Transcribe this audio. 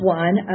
one